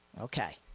Okay